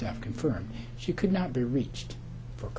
have confirmed she could not be reached for